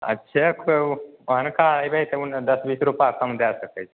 अच्छा कोइ ओहेनुका अयबै तऽ उन्ने दस बीस रूपा कम दै सकै छी